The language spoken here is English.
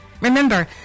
Remember